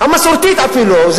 המסורתית אפילו,